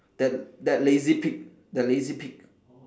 that that lazy pig that lazy pig